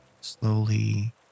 slowly